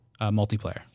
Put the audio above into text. multiplayer